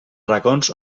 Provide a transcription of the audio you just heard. racons